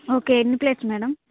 okay ఎన్ని ప్లేట్లు madam